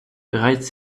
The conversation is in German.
bereits